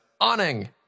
Awning